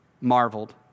marveled